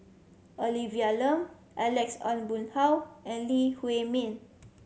Olivia Lum Alex Ong Boon Hau and Lee Huei Min